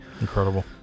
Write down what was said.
Incredible